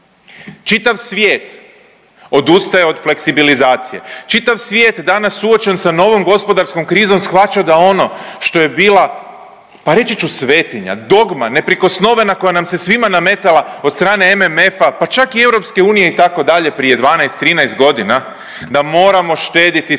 Čitav svijet odustaje od fleksibilizacije, čitav svijet danas suočen sa novom gospodarskom krizom shvaća da ono što je bila pa reći ću svetinja, dogma neprikosnovena koja nam se svima nametala od strane MMF-a, pa čak i EU itd. prije 12, 13 godina da moramo štediti, stisnuti